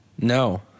No